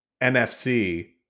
nfc